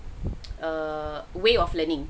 err way of learning